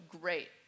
great